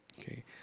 okay